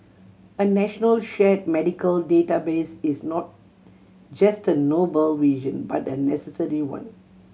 a national shared medical database is not just a noble vision but a necessary one